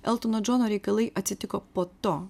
eltono džono reikalai atsitiko po to